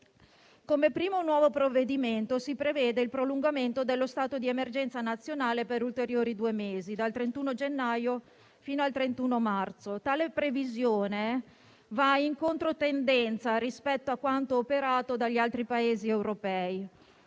Come primo nuovo provvedimento, si prevede il prolungamento dello stato di emergenza nazionale per ulteriori due mesi, dal 31 gennaio fino al 31 marzo. Tale previsione va in controtendenza rispetto a quanto operato dagli altri Paesi europei: